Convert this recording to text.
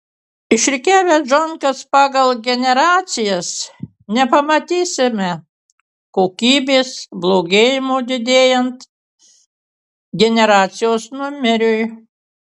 išrikiavę džonkas pagal generacijas nepamatysime kokybės blogėjimo didėjant generacijos numeriui